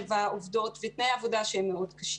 הבאה.